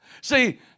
See